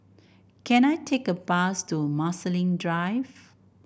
can I take a bus to Marsiling Drive